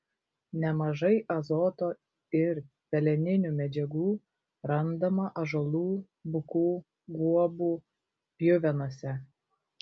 nemažai azoto ir peleninių medžiagų randama ąžuolų bukų guobų pjuvenose